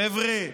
חבר'ה,